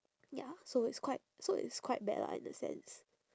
ya so it's quite so it's quite bad lah in that sense